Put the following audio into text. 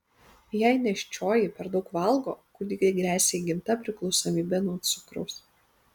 jei nėščioji per daug valgo kūdikiui gresia įgimta priklausomybė nuo cukraus